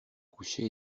coucher